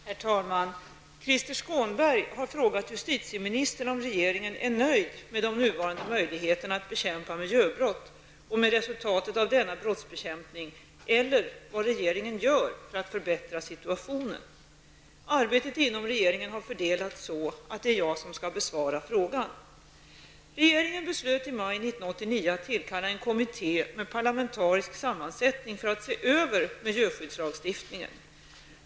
Herr talman! Krister Skånberg har frågat justitieministern om regeringen är nöjd med de nuvarande möjligheterna att bekämpa miljöbrott och med resultaten av denna brottsbekämpning eller vad regeringen gör för att förbättra situationen. Arbetet inom regeringen har fördelats så att det är jag som skall besvara frågan. Regeringen beslöt i maj 1989 att tillkalla en kommitté med parlamentarisk sammansättning för att se över miljöskyddslagstiftningen.